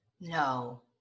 No